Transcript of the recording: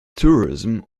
tourism